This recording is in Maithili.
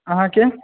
अहाँ के